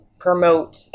promote